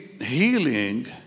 healing